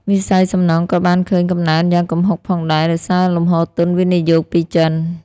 វិស័យសំណង់ក៏បានឃើញកំណើនយ៉ាងគំហុកផងដែរ ដោយសារលំហូរទុនវិនិយោគពីចិន។